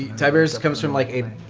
tiberius comes from like a